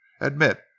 admit